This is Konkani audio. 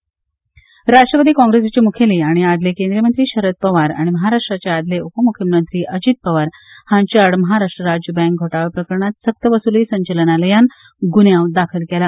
पवार राष्ट्रवादी काँग्रेसीचे मुखेली आनी आदले केंद्रीय मंत्री शरद पवार आनी महाराष्ट्राचे आदले उप मुख्यमंत्री अजीत पवार हांचेआड महाराष्ट्र राज्य बँक घोटाळा प्रकरणात सक्तवसुली संचालनालयान ग्रन्यांव दाखल केला